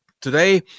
today